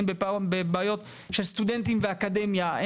הן בבעיות של סטודנטים ואקדמיה,